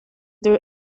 their